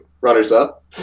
runners-up